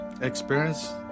experience